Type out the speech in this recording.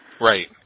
Right